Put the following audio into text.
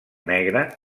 negra